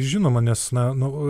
žinoma nes na nu